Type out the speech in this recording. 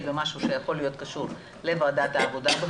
במשהו שיכול להיות קשור לוועדת העבודה.